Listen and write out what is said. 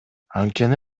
анткени